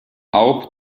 auch